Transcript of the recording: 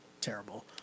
terrible